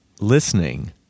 listening